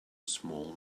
small